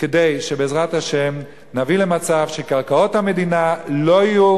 כדי שבעזרת השם נביא למצב שקרקעות המדינה לא יהיו